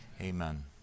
amen